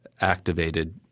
activated